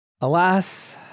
Alas